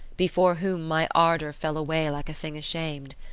before whom my ardour fell away like a thing ashamed.